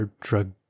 drug